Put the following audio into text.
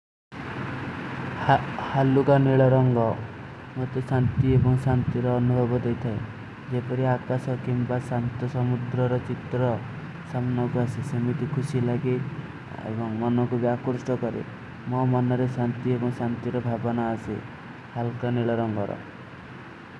ହଲୁକା ନିଲରଂଗ, ମୌତେ ସଂତୀ ଏବଂ ସଂତୀର ଅନୁଭଵ ଦେତେ ହୈଂ। ଜେ ପରି ଆକାଶା କେଂବା ସଂତ ସମୁଦ୍ର ଔର ଚିତ୍ର ସମ୍ମନୋଂ କା ସେ ସେମିତୀ ଖୁଶୀ ଲଗେ, ଏବଂ ମନୋଂ କୋ ଵ୍ଯାକୁର୍ଷ୍ଟୋ କରେଂ। ମୌ ମନରେ ସଂତୀ ଏବଂ ସଂତୀର ଭାଵନା ଆସେ, ହଲୁକା ନିଲରଂଗ ଔର।